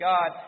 God